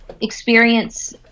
experience